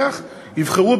יבחרו,